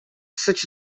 such